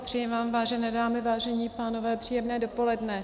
Přeji vám, vážené dámy, vážení pánové, příjemné dopoledne.